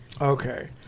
Okay